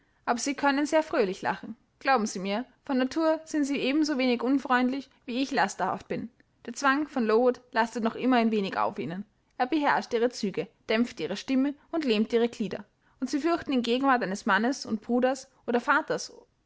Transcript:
aber sie können sehr fröhlich lachen glauben sie mir von natur sind sie ebensowenig unfreundlich wie ich lasterhaft bin der zwang von lowood lastet noch immer ein wenig auf ihnen er beherrscht ihre züge dämpft ihre stimme und lähmt ihre glieder und sie fürchten in gegenwart eines mannes und bruders oder